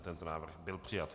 Tento návrh byl přijat.